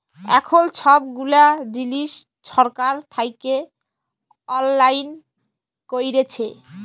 এখল ছব গুলা জিলিস ছরকার থ্যাইকে অললাইল ক্যইরেছে